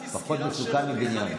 זה פחות מסוכן מבניין.